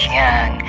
young